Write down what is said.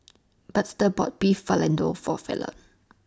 Buster bought Beef Vindaloo For Felton